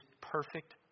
perfect